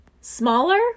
smaller